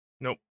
Nope